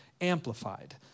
amplified